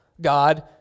God